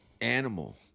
animal